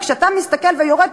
וכשאתה מסתכל ויורד,